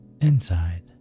inside